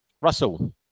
Russell